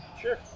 Sure